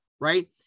right